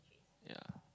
ya